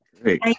Great